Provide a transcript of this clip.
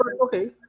Okay